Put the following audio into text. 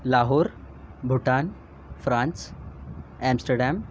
Lahore Bhutan France Amsterdam